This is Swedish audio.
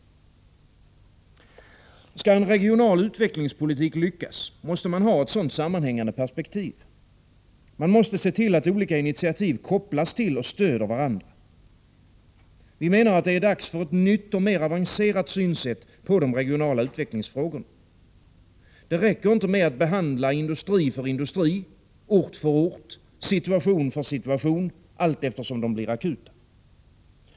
Skall en regional utvecklingspolitik lyckas, måste man ha ett sådant sammanhängande perspektiv. Man måste se till att olika initiativ kopplas till och stöder varandra. Vi menar att det är dags för ett nytt och mer avancerat synsätt på de regionala utvecklingsfrågorna. Det räcker inte med att behandla industri för industri, ort för ort, situation för situation allteftersom de blir akuta.